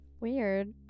Weird